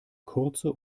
kurze